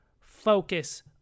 focus